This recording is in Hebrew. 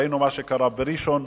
ראינו מה שקרה בראשון-לציון,